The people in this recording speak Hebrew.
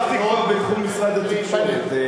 הרחבתי כבר בתחום משרד התקשורת.